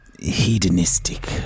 hedonistic